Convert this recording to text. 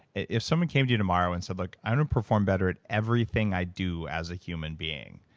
if someone came to you tomorrow and said, look. i to perform better at everything i do as a human being.